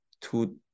two